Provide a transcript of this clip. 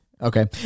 Okay